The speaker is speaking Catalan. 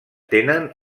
tenen